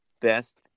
best